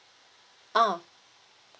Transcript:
orh